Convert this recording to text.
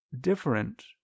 different